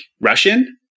Russian